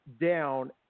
down